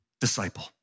disciple